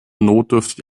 notdürftig